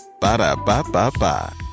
Ba-da-ba-ba-ba